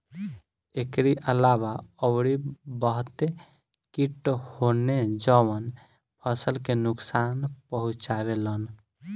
एकरी अलावा अउरी बहते किट होने जवन फसल के नुकसान पहुंचावे लन